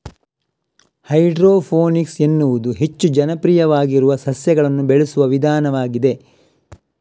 hydroponics ಎನ್ನುವುದು ಹೆಚ್ಚು ಜನಪ್ರಿಯವಾಗಿರುವ ಸಸ್ಯಗಳನ್ನು ಬೆಳೆಸುವ ವಿಧಾನವಾಗಿದೆ